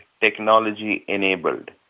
technology-enabled